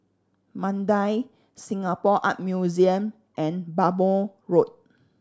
Mandai Singapore Art Museum and Bhamo Road